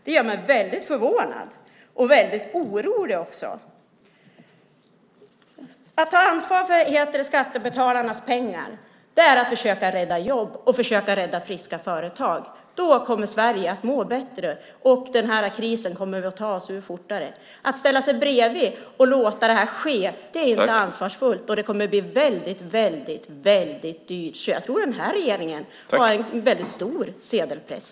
Det gör mig väldigt förvånad och väldigt orolig. Att ta ansvar för skattebetalarnas pengar är att försöka rädda jobb och friska företag. Då kommer Sverige att må bättre, och vi kommer att ta oss ur den här krisen fortare. Att ställa sig bredvid och låta det här ske är inte ansvarsfullt, och det kommer att bli väldigt, väldigt dyrt. Jag tror att den här regeringen har en väldigt stor sedelpress.